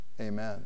amen